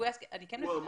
אני כן מבינה.